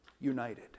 united